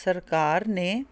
ਸਰਕਾਰ ਨੇ